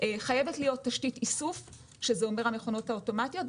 חייבת להיות תשתית איסוף שזה המכונות האוטומטיות,